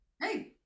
Hey